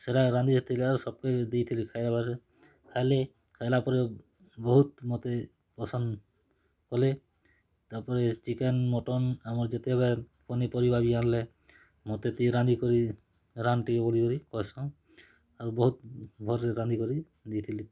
ସେଟା ରାନ୍ଧି ସବ୍କେ ଦେଇଥିଲି ଖାଇବାର୍ ଖାଏଲେ ଖାଏଲା ପରେ ବହୁତ୍ ମତେ ପସନ୍ଦ୍ କଲେ ତା'ର୍ପରେ ଚିକେନ୍ ମଟନ୍ ଆମର୍ ଯେତେବେଲେ ପନିପରିବା ବି ଆନ୍ଲେ ମତେ ତୁଇ ଟିକେ ରାନ୍ଧିକରି ରାନ୍ଧ୍ ଟିକେ ବୋଲିକରି କହେସନ୍ ଆର୍ ବହୁତ୍ ଭଲ୍ ରେ ରାନ୍ଧିକରି ଦେଇଥିଲି